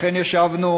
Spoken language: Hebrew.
לכן ישבנו,